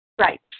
Right